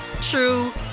true